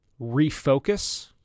Refocus